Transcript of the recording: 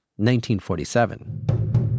1947